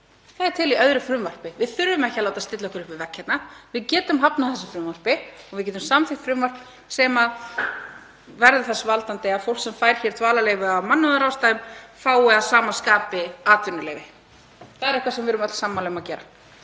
í er til í öðru frumvarpi, við þurfum ekki að láta stilla okkur upp við vegg hérna, við getum hafnað þessu frumvarp og við getum samþykkt frumvarp sem leiðir til þess að fólk sem fær dvalarleyfi af mannúðarástæðum fær að sama skapi atvinnuleyfi. Það er eitthvað sem við erum öll sammála um að gera.